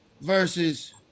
versus